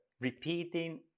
repeating